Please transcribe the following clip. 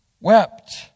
wept